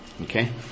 Okay